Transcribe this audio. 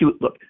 look